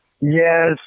yes